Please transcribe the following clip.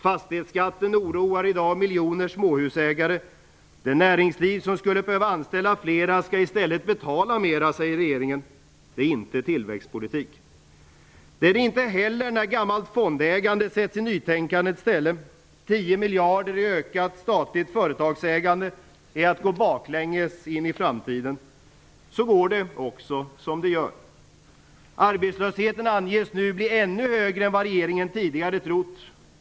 Fastighetsskatten oroar i dag miljoner småhusägare. Det näringsliv som skulle behöva anställa fler skall i stället betala mer, säger regeringen. Det är inte tillväxtpolitik. Det är det inte heller när gammalt fondägande sätts i nytänkandets ställe. 10 miljarder i ökat statligt företagsägande är att gå baklänges in i framtiden. Så går det också som det gör. Arbetslösheten anges nu bli ännu högre än vad regeringen tidigare trott.